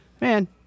man